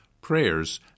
prayers